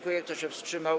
Kto się wstrzymał?